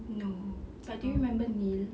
no but do you remember neil